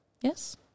Yes